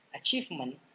achievement